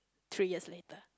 three years later